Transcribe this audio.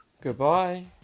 Goodbye